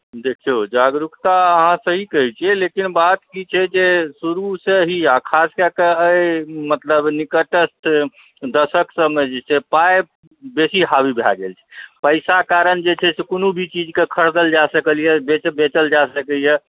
देखियौ जागरूकता अहाँ सही कहैत छियै लेकिन बात की छै जे शुरूसँ ही आ खास कए कऽ एहि मतलब निकटतस्थ दशक सबमे जे छै पाइ बेसी हाबी भए गेल छै पैसा कारण जे छै से कोनो भी चीज कऽ खरीदल जा सकैया बेचल जाय सकैया